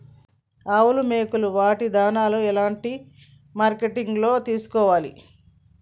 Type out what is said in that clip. ఆవులు మేకలు వాటి దాణాలు ఎలాంటి మార్కెటింగ్ లో తీసుకోవాలి?